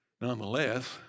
Nonetheless